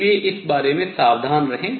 इसलिए इस बारे में सावधान रहें